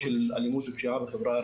בפשיעה.